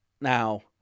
Now